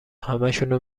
همشونو